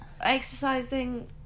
exercising